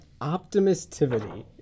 optimistivity